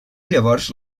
llavors